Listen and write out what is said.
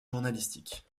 journalistique